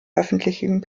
öffentlichen